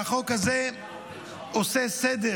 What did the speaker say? והחוק הזה עושה סדר